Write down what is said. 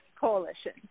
coalition